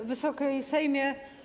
Wysoki Sejmie!